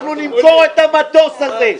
נמכור את המטוס הזה.